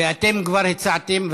ואתם כבר הצעתם,